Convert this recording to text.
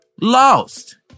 lost